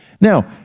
now